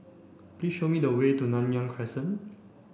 please show me the way to Nanyang Crescent